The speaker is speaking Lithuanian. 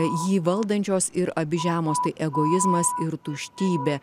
jį valdančios ir abi žemos tai egoizmas ir tuštybė